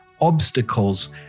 obstacles